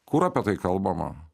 kur apie tai kalbama